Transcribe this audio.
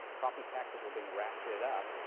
property taxes were being ratcheted up.